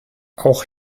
auch